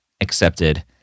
accepted